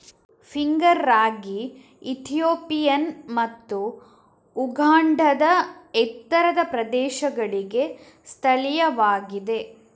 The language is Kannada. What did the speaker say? ಫಿಂಗರ್ ರಾಗಿ ಇಥಿಯೋಪಿಯನ್ ಮತ್ತು ಉಗಾಂಡಾದ ಎತ್ತರದ ಪ್ರದೇಶಗಳಿಗೆ ಸ್ಥಳೀಯವಾಗಿದೆ